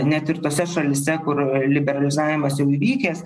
net ir tose šalyse kur liberalizavimas jau įvykęs